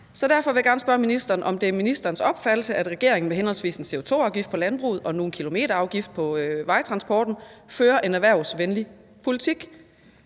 Så derfor vil jeg gerne spørge ministeren, om det er ministerens opfattelse, at regeringen ved henholdsvis en CO2-afgift på landbruget og nu en kilometerafgift på vejtransporten fører en erhvervsvenlig politik.